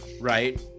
right